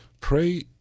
pray